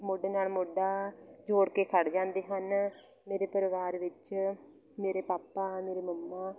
ਮੋਢੇ ਨਾਲ ਮੋਢਾ ਜੋੜ ਕੇ ਖੜ੍ਹ ਜਾਂਦੇ ਹਨ ਮੇਰੇ ਪਰਿਵਾਰ ਵਿੱਚ ਮੇਰੇ ਪਾਪਾ ਮੇਰੇ ਮੰਮਾ